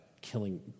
killing